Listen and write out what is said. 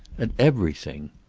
at everything.